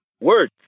Word